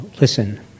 listen